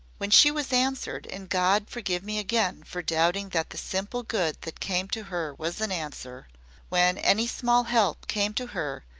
when she was answered and god forgive me again for doubting that the simple good that came to her was an answer when any small help came to her,